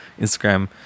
Instagram